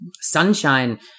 sunshine